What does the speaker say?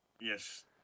Yes